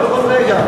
בכל רגע.